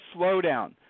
slowdown